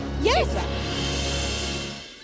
Yes